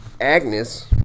agnes